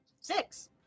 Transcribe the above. Six